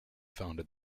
founded